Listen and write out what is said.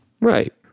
Right